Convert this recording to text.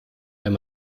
wenn